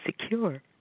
secure